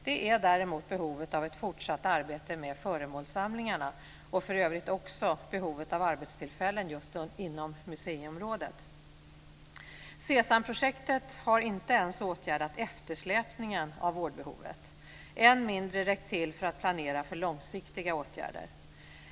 Det är däremot behovet av ett fortsatt arbete med föremålssamlingarna och för övrigt också behovet av arbetstillfällen just inom museiområdet. SESAM-projektet har inte ens åtgärdat eftersläpningen av vårdbehovet, än mindre räckt till för att planera för långsiktiga åtgärder.